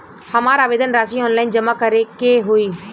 हमार आवेदन राशि ऑनलाइन जमा करे के हौ?